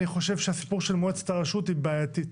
אני חושב שהסיפור של מועצת הרשות היא בעייתית.